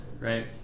right